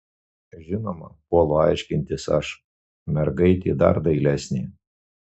žinoma puolu aiškintis aš mergaitė dar dailesnė